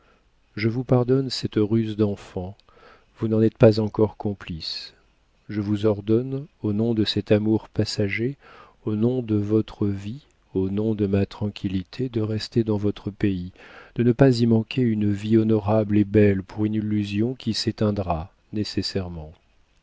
je vous pardonne cette ruse d'enfant vous n'en êtes pas encore complice je vous ordonne au nom de cet amour passager au nom de votre vie au nom de ma tranquillité de rester dans votre pays de ne pas y manquer une vie honorable et belle pour une illusion qui s'éteindra nécessairement